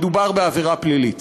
מדובר בעבירה פלילית.